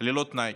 ללא תנאי.